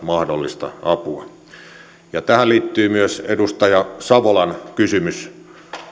mahdollista apua ja tähän liittyy myös edustaja savolan kysymys